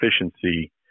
efficiency